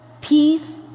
peace